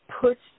puts